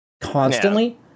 constantly